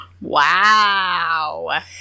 Wow